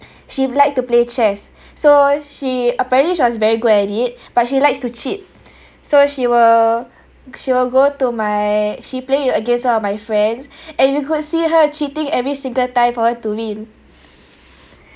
she like to play chess so she apparently she was very good at it but she likes to cheat so she will she will go to my she play w~ against one of my friends and you could see her cheating every single time for her to win